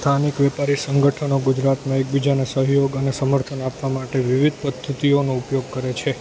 સ્થાનિક વેપારી સંગઠનો ગુજરાતમાં એકબીજાને સહયોગ અને સમર્થન આપવા માટે વિવિધ પદ્ધતિઓનો ઉપયોગ કરે છે